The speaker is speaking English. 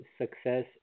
success